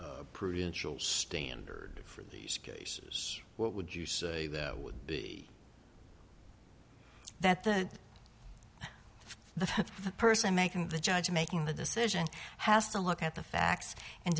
e prudential standard for these cases what would you say that would be that the the person making the judge making the decision has to look at the facts and